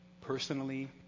personally